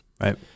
right